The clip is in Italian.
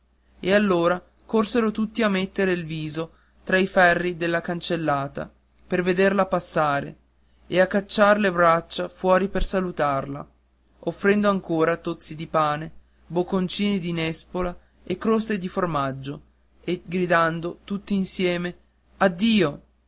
e allora corsero tutti a mettere il viso tra i ferri della cancellata per vederla passare e a cacciar le braccia fuori per salutarla offrendo ancora tozzi di pane bocconcini di nespola e croste di formaggio e gridando tutti insieme addio